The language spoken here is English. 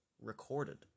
recorded